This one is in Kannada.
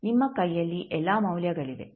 ಈಗ ನಿಮ್ಮ ಕೈಯಲ್ಲಿ ಎಲ್ಲಾ ಮೌಲ್ಯಗಳಿವೆ